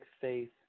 faith